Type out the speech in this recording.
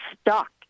stuck